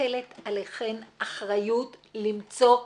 שמוטלת עליכם אחריות למצוא פתרון,